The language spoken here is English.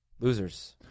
Losers